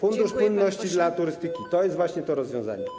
Fundusz płynności dla turystyki - to jest właśnie to rozwiązanie.